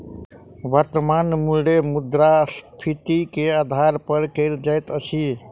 वर्त्तमान मूल्य मुद्रास्फीति के आधार पर कयल जाइत अछि